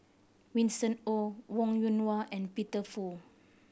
Winston Oh Wong Yoon Wah and Peter Fu